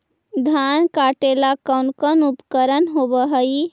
धान काटेला कौन कौन उपकरण होव हइ?